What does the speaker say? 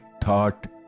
thought